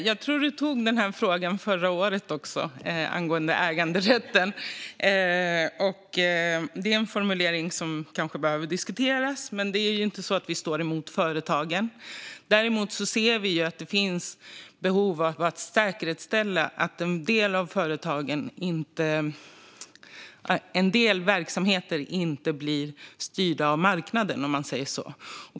Fru talman! Jag tror att Lars Hjälmered ställde frågan om äganderätten också förra året. Det är en formulering som kanske behöver diskuteras, för det är inte så att vi är emot företagen. Däremot ser vi att det finns behov av att säkerställa att en del verksamheter inte blir styrda av marknaden, om man säger så.